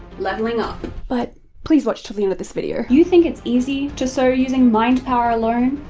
leveling up. but please watch to the end of this video. you think it's easy to sew using mind power alone?